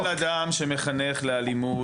אני נגד כל אדם שמחנך לאלימות.